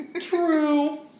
True